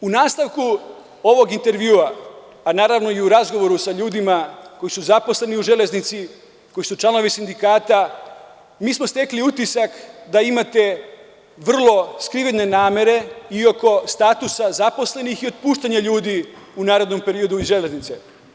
U nastavku ovog intervjua, a naravno i u razgovoru sa ljudima koji su zaposleni u „Železnici“, koji su članovi sindikata, mi smo stekli utisak da imate vrlo skrivene namere i oko statusa zaposlenih i otpuštanja ljudi u narednom periodu iz „Železnice“